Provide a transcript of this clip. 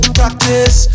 practice